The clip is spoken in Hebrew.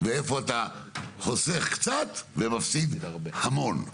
ואיפה אתה חוסך קצת ומפסיד הרבה מאוד כסף.